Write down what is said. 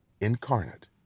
incarnate